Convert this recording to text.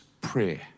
prayer